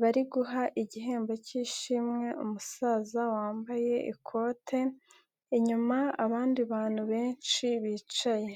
bari guha igihembo k'ishimwe umusaza wambaye ikote, inyuma abandi bantu benshi bicaye.